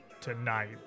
tonight